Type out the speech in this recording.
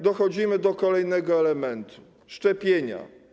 Dochodzimy do kolejnego elementu - szczepienia.